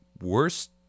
worst